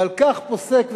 ועל כך פוסק,